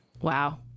Wow